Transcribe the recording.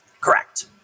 Correct